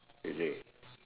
is it